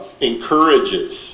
encourages